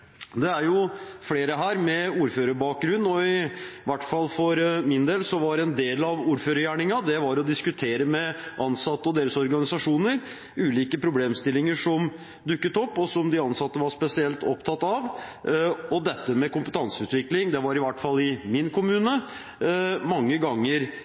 Det er jo flere her med ordførerbakgrunn, og i hvert fall for min del var en del av ordførergjerningen å diskutere med ansatte og deres organisasjoner ulike problemstillinger som dukket opp, og som de ansatte var spesielt opptatt av. Kompetanseutvikling var i hvert fall i min kommune mange ganger